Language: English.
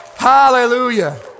Hallelujah